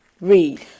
Read